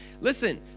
Listen